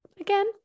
again